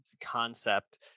concept